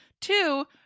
Two